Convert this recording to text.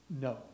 No